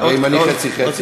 ואם אני חצי-חצי,